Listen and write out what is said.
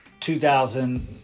2000